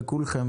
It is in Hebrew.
לכולכם,